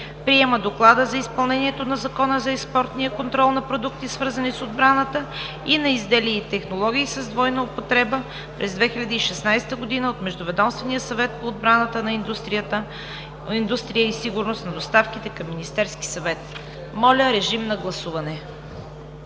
Приема Доклада за изпълнението на Закона за експортния контрол на продукти, свързани с отбраната, и на изделия и технологии с двойна употреба през 2016 г. от Междуведомствения съвет по отбранителна индустрия и сигурност на доставките към Министерския съвет.“ Моля, гласувайте.